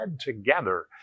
together